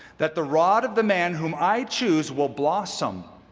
that the rod of the man whom i choose will blossom